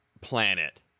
planet